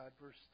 Verse